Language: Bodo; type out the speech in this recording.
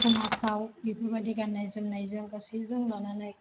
समाजाव बेफोरबादि गान्नाय जोमनाय जों गासैजों लानानै